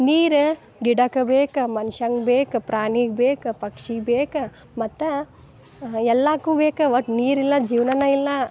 ನೀರು ಗಿಡಕ್ಕೆ ಬೇಕು ಮನ್ಷಂಗೆ ಬೇಕು ಪ್ರಾಣಿಗೆ ಬೇಕು ಪಕ್ಷಿ ಬೇಕು ಮತ್ತು ಎಲ್ಲಾಕ್ಕು ಬೇಕು ಒಟ್ಟು ನೀರಿಲ್ಲ ಜೀವನನೇ ಇಲ್ಲ